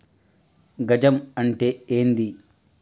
గజం అంటే ఏంది?